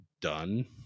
done